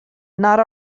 not